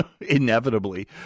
Inevitably